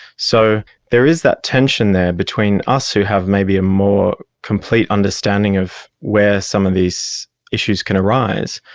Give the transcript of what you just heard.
so there is that tension there between us who have maybe a more complete understanding of where some of these issues can arise,